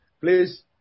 please